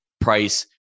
price